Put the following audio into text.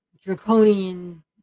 draconian